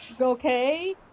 okay